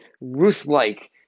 Ruth-like